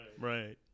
Right